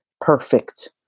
perfect